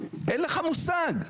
אין לך מושג.